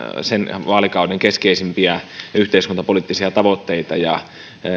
sen vaalikauden aivan keskeisimpiä yhteiskuntapoliittisia tavoitteita ja